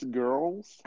girls